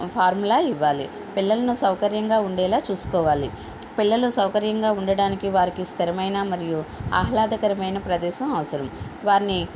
formula ఇవ్వాలి పిల్లలను సౌకర్యంగా ఉండేలా చూసుకోవాలి పిల్లలు సౌకర్యంగా ఉండడానికి వారికి స్థిరమైన మరియు ఆహ్లాదకరమైన ప్రదేశం అవసరం వారిని